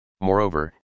Moreover